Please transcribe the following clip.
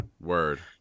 Word